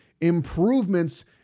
improvements